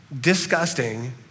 disgusting